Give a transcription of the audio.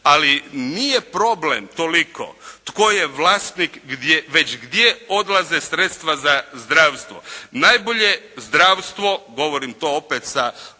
Ali nije problem toliko tko je vlasnik već gdje odlaze sredstva za zdravstvo. Najbolje zdravstvo govorim to opet sa aspekta